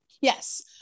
yes